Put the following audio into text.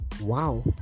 wow